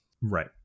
Right